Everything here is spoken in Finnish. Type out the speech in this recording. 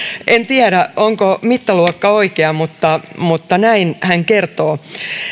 en tiedä onko mittaluokka oikea mutta mutta näin hän kertoo